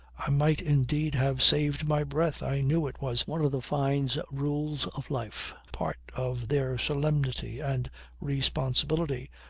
i might indeed have saved my breath, i knew it was one of the fynes' rules of life, part of their solemnity and responsibility,